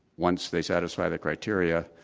once they satisfy that criteria,